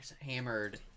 hammered